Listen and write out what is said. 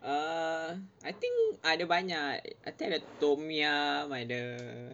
err I think ada banyak ah ada tom yum ada